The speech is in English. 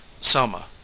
Selma